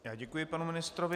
Já děkuji panu ministrovi.